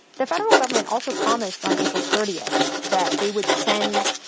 the federal government also promised, on april thirtieth, that they would send,